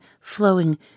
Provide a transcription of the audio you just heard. flowing